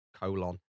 colon